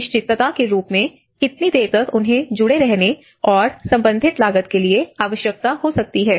अनिश्चितता के रूप में कितनी देर तक उन्हें जुड़े रहने और संबंधित लागत के लिए आवश्यकता हो सकती है